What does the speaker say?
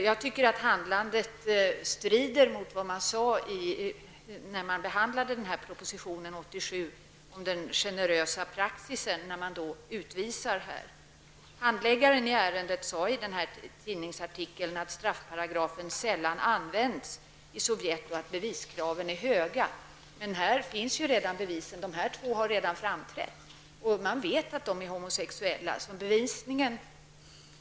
Jag tycker att en sådan utvisning strider mot vad man sade om den generösa praxisen när propositionen behandlades 1987. Handläggaren av ärendet sade i tidningsartikeln att straffparagrafen i Sovjet sällan används och att beviskraven är höga. Men bevisen finns redan, eftersom dessa två människor har framträtt och man vet att de är homosexuella.